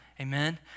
amen